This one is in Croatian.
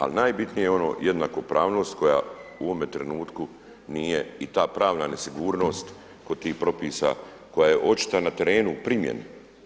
Ali najbitnije je ono jednakopravnost koja u ovome trenutku i ta pravna nesigurnost kod tih propisa koja je očita na terenu u primjeni.